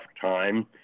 time